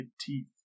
teeth